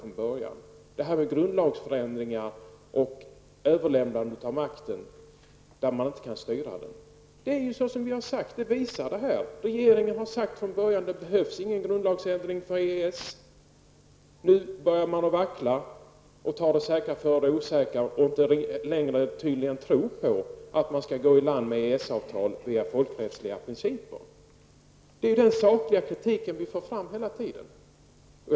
Det handlar ju om grundlagsändringar och om ett överlämnande av makten -- om en situation, där man inte kan styra utvecklingen. Det är som jag har sagt, och det framgår här: Regeringen har från början sagt att det inte behövs någon grundlagsändring när det gäller EES. Men nu börjar man vackla. Man tar det säkra före det osäkra. Tydligen tror man inte längre att man skall gå i land med EES-avtalet via folkrättsliga principer. Det är alltså den sakliga kritik som vi hela tiden har fört fram.